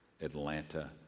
Atlanta